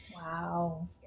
Wow